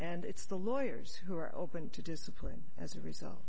and it's the lawyers who are open to discipline as a result